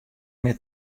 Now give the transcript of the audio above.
mear